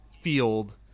field